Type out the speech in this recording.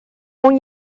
اون